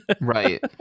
Right